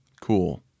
Cool